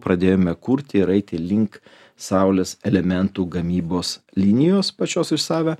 pradėjome kurti ir eiti link saulės elementų gamybos linijos pačios už save